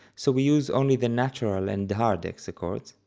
so we use only the natural and hard hexachords.